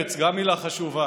דרך ארץ, גם מילה חשובה.